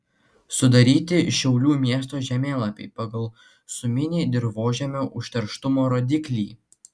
sudaryti šiaulių miesto žemėlapiai pagal suminį dirvožemio užterštumo rodiklį